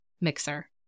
mixer